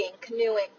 canoeing